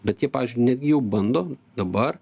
bet jie pavyzdžiui netgi jau bando dabar